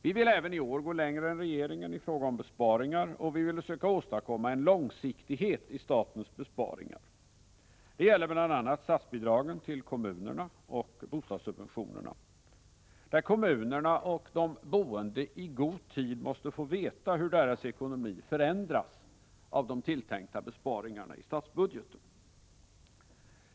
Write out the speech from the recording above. Vi vill även i år gå längre än regeringen i fråga om besparingar, och vi vill söka åstadkomma en långsiktighet i statens besparingar; det gäller bl.a. statsbidragen till kommunerna och bostadssubventionerna, där kommunerna och de boende i god tid måste få veta hur deras ekonomi förändras av de tilltänkta besparingarna i statsbudgeten.